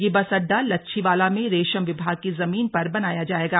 यह बस अड़डा लच्छीवाला में रेशम विभाग की जमीन में बनाया जाएगा